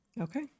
Okay